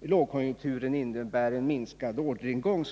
lågkonjunkturen innebär en minskad orderingång.